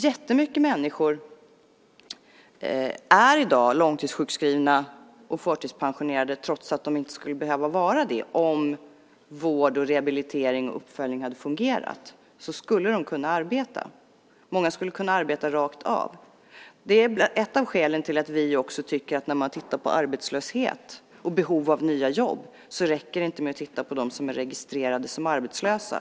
Jättemånga människor är i dag långtidssjukskrivna och förtidspensionerade trots att de inte skulle behöva vara det om vård, rehabilitering och uppföljning hade fungerat. De skulle kunna arbeta. Många skulle kunna arbeta rakt av. Det är ett av skälen till att vi också tycker att när man tittar på arbetslöshet och behov av nya jobb räcker det inte med att titta på dem som är registrerade som arbetslösa.